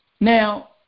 Now